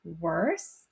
worse